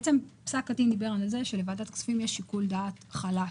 פסק הדין דיבר על זה שלוועדת הכספים יש שיקול דעת חלש.